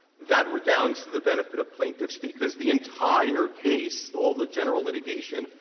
that redounds to the benefit of plaintiffs, because the entire case, all the general litigation,